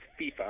FIFA